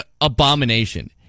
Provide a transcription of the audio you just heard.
abomination